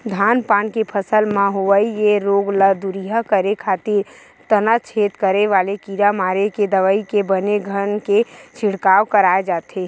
धान पान के फसल म होवई ये रोग ल दूरिहा करे खातिर तनाछेद करे वाले कीरा मारे के दवई के बने घन के छिड़काव कराय जाथे